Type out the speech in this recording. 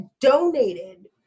donated